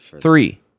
Three